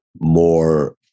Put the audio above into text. more